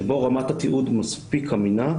שבו רמת התיעוד מספיק אמינה,